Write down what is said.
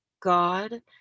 God